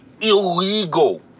illegal